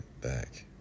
back